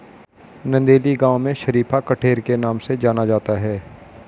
नंदेली गांव में शरीफा कठेर के नाम से जाना जाता है